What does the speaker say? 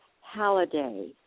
Halliday